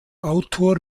autor